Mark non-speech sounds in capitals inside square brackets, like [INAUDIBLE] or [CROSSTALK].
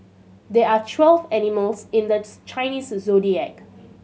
there are twelve animals in the [UNINTELLIGIBLE] Chinese Zodiac